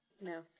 No